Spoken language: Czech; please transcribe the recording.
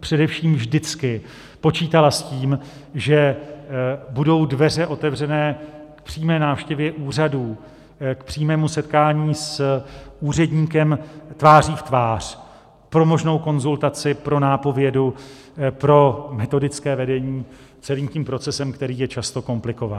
především vždycky počítala s tím, že budou dveře otevřené k přímé návštěvě úřadů, k přímému setkání s úředníkem tváří v tvář pro možnou konzultaci, pro nápovědu, pro metodické vedení celým procesem, který je často komplikovaný.